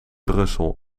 brussel